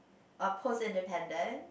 or post independent